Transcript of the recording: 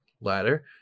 ladder